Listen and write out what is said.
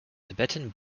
tibetan